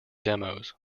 demos